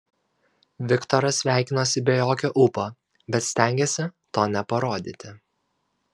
viktoras sveikinosi be jokio ūpo bet stengėsi to neparodyti